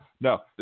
no